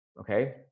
okay